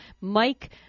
Mike